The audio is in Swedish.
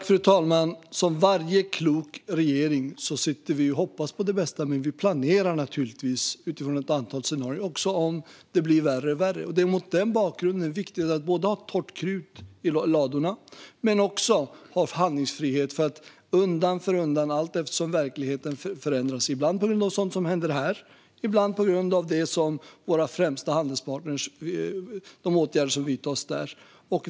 Fru talman! Som varje klok regering sitter vi och hoppas på det bästa men planerar utifrån ett antal scenarier - också för om det blir värre och värre. Det är mot den bakgrunden viktigt att hålla krutet torrt men också att ha handlingsfrihet för att vidta åtgärder undan för undan, allt eftersom verkligheten förändras - ibland på grund av sådant som händer här och ibland på grund av de åtgärder som våra främsta handelspartner vidtar.